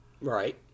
right